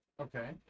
Okay